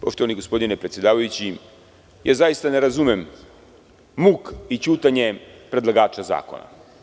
Poštovani gospodine predsedavajući, zaista ne razumem muk i ćutanje predlagača zakona.